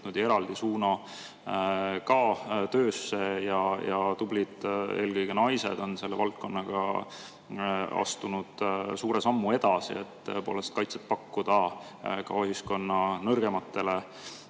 eraldi suuna töösse ja tublid, eelkõige naised on selle valdkonnaga astunud suure sammu edasi, et tõepoolest kaitset pakkuda ka ühiskonna nõrgematele